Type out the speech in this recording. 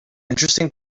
interesting